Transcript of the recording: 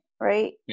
Right